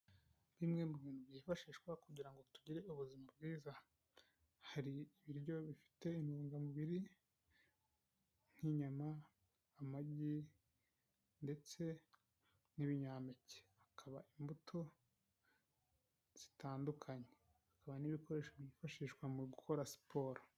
Nkimwe mu bintu byifashishwa kugira ngo tugire ubuzima bwiza, hari ibiryo bifite intungamubiri nk'inyama, amagi ndetse n'ibinyampeke, hakaba imbuto zitandukanye, hakaba n'ibikoresho byifashishwa mu gukora siporo.